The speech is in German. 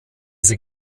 sie